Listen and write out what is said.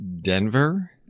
Denver